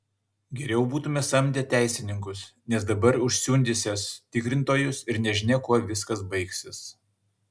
geriau būtume samdę teisininkus nes dabar užsiundysiąs tikrintojus ir nežinia kuo viskas baigsis